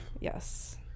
yes